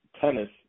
tennis